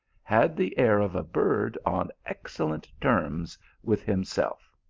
had the air of a bird on excellent terms with himself.